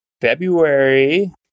february